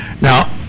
Now